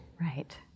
Right